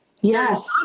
Yes